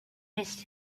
missed